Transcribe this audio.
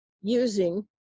using